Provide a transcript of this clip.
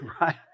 right